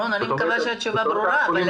רון, אני מקווה שהתשובה ברורה.